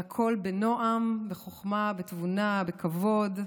והכול בנועם וחוכמה ותבונה וכבוד.